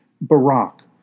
Barak